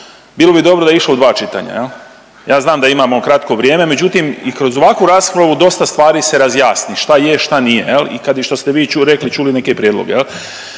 Bilo bi dobro da je išlo u dva čitanja. Ja znam da imamo kratko vrijeme, međutim i kroz ovakvu raspravu dosta stvari se razjasni šta je, šta nije. I kad i što ste vi rekli, čuli neke prijedloge.